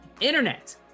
internet